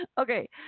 Okay